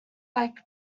like